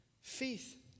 faith